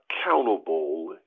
accountable